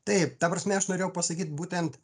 taip ta prasme aš norėjau pasakyt būtent